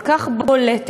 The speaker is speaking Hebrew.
כל כך בולטת,